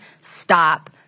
stop